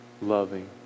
loving